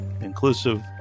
inclusive